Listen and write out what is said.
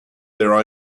their